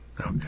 Okay